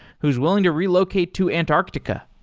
who's willing to relocate to antarctica.